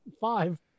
Five